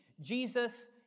Jesus